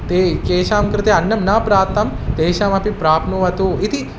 ते येषां कृते अन्नं न प्रातं ते तेषामपि प्राप्नुवतु इति